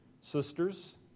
sisters